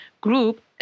group